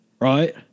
right